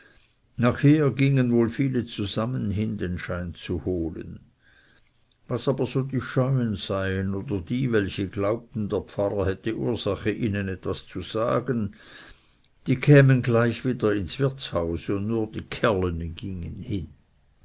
nachher gingen wohl viele zusammen hin den schein zu holen was aber so die scheuen seien oder die welche glaubten der pfarrer hätte ursache ihnen etwas zu sagen die kämen gleich wieder ins wirtshaus und nur die kerleni gingen hin